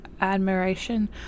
admiration